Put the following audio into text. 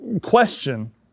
question